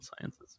sciences